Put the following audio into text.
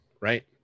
right